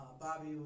Bobby